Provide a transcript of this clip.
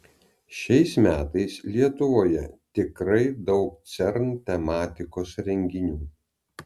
šiais metais lietuvoje tikrai daug cern tematikos renginių